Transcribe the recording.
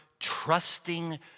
trusting